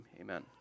Amen